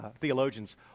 theologians